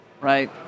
Right